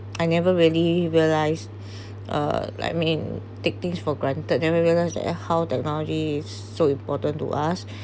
I never really realised uh like mean take things for granted never realise that how technology is so important to us